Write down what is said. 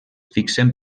fixen